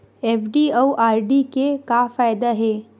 FD अउ RD के का फायदा हे?